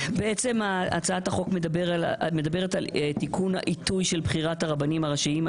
הצעת החוק מדברת על תיקון העיתוי של בחירת הרבנים הראשיים.